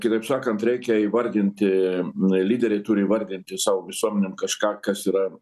kitaip sakant reikia įvardinti na lyderiai turi įvardinti savo visuomenėm kažką kas yra